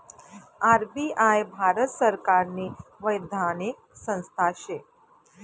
RBI Bharat सरकारनी वैधानिक संस्था शे